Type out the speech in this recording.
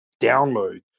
download